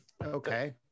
Okay